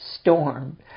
storm